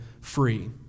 free